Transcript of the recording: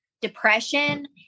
depression